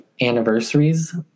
anniversaries